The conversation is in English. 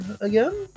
again